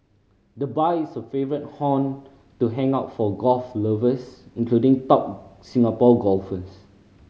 the bar is a favourite haunt to hang out for golf lovers including top Singapore golfers